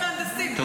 זה מהנדסים,